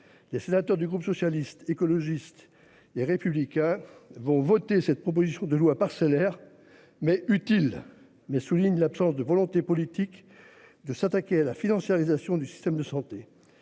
Les sénateurs du groupe socialiste, écologiste et républicain vont voter cette proposition de loi parcellaires mais utile mais soulignent l'absence de volonté politique de s'attaquer à la financiarisation du système de santé.